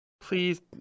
Please